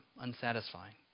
unsatisfying